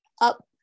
up